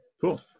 Cool